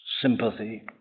sympathy